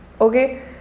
Okay